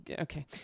Okay